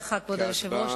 תודה לך, כבוד היושב-ראש.